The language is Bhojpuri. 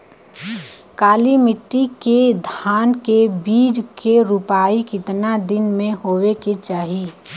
काली मिट्टी के धान के बिज के रूपाई कितना दिन मे होवे के चाही?